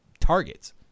targets